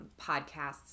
podcasts